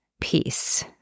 peace